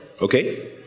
Okay